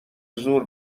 زور